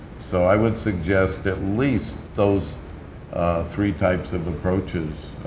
so i would suggest at least those three types of approaches,